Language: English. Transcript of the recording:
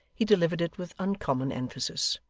he delivered it with uncommon emphasis.